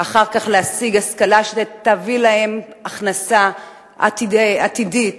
להשיג השכלה שתביא להם הכנסה עתידית,